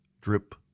drip